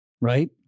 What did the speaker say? right